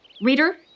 reader